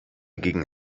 gegen